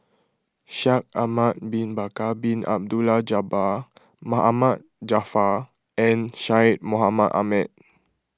Shaikh Ahmad Bin Bakar Bin Abdullah Jabbar Ma Ahmad Jaafar and Syed Mohamed Ahmed